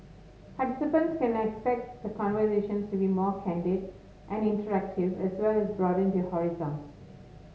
participants can expect the conversations to be more candid and interactive as well as broaden their horizons